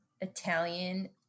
italian